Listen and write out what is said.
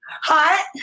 Hot